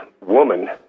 woman